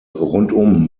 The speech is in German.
rundum